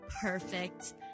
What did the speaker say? Perfect